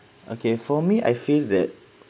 okay for me I feel that